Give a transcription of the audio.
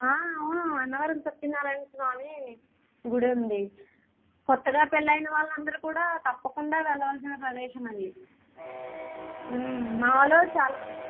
అవును అన్నవరం సత్యనారాయణ స్వామి గుడి ఉంది కొత్తగా పెళ్ళైన వాళ్ళందరూ కూడా తప్పకుండా వెళ్ళవలసిన ప్రదేశం అది మా వాళ్ళు చాలా మంది